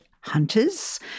hunters